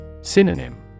Synonym